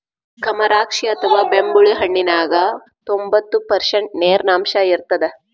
ಕಮರಾಕ್ಷಿ ಅಥವಾ ಬೆಂಬುಳಿ ಹಣ್ಣಿನ್ಯಾಗ ತೋಭಂತ್ತು ಪರ್ಷಂಟ್ ನೇರಿನಾಂಶ ಇರತ್ತದ